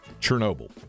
Chernobyl